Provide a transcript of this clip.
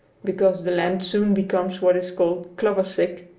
because the land soon becomes what is called clover-sick,